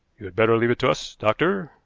you had better leave it to us, doctor,